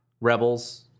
rebels